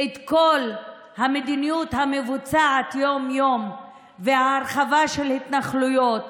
כל המדיניות המבוצעת יום-יום וההרחבה של ההתנחלויות,